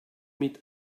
mit